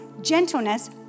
gentleness